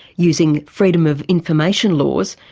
using freedom of information laws,